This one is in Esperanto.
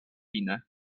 fine